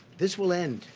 this will end.